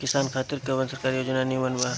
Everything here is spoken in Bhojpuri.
किसान खातिर कवन सरकारी योजना नीमन बा?